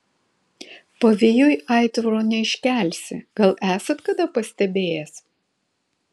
pavėjui aitvaro neiškelsi gal esat kada pastebėjęs